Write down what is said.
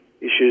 issues